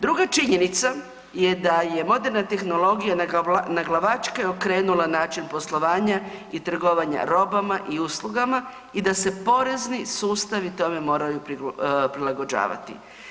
Druga činjenica je da je moderna tehnologija naglavačke okrenula način poslovanja i trgovanja robama i uslugama i da se porezni sustavi tome moraju prilagođavati.